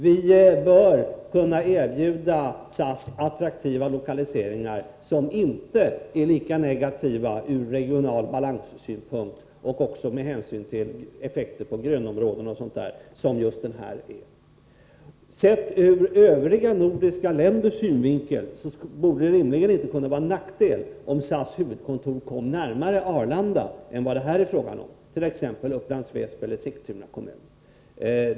Vi bör kunna erbjuda SAS attraktiva lokaliseringar, som inte är lika negativa med avseende på den regionala balansen, effekter på grönområden osv. Sett ur övriga nordiska länders synvinkel borde det rimligen inte vara en nackdel om SAS huvudkontor kom närmare Arlanda än vad det här är fråga om, t.ex. Upplands-Väsby eller Sigtuna kommun.